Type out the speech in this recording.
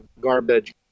garbage